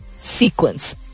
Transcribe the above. sequence